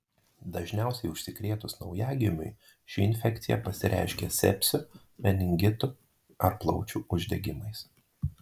dažniausiai užsikrėtus naujagimiui ši infekcija pasireiškia sepsiu meningitu ar plaučių uždegimais